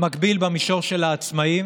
במקביל, במישור של העצמאים